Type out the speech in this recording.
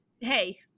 hey